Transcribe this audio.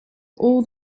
all